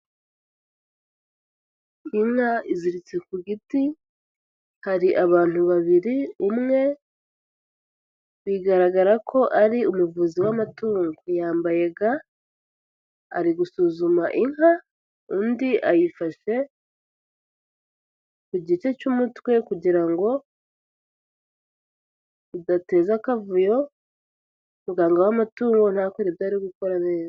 Inka iziritse ku giti hari abantu babiri umwe bigaragara ko ari umuvuzi w'amatungo yambaye ga ari gusuzuma inka undi ayifashe ku gice cy'umutwe kugira ngo idateza akavuyo, muganga w'amatungo ntakore ibyo ari gukora neza.